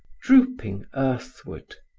drooping earthward.